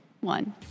one